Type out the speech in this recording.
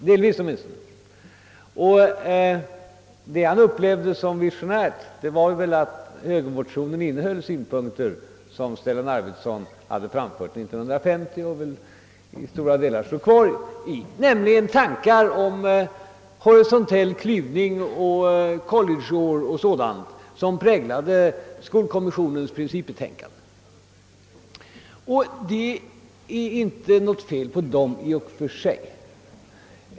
Och det som herr Arvidson upplevde som visionärt var säkert att högerns motion innehåller synpunkter som herr Arvidson själv anfört och i stora delar ännu förfäktar, nämligen tanken på en horisontell klyvning, college-år etc., som präglade skolkommissionens principbetänkande. Detta är inte något fel i och för sig.